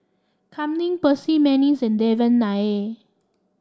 Kam Ning Percy McNeice and Devan Nair